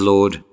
Lord